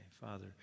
Father